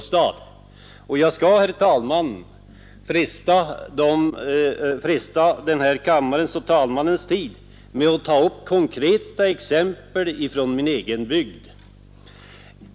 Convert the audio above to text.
Jag skall, herr talman, fresta kammarens och talmannens tid med att ta upp konkreta exempel från min egen bygd.